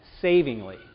savingly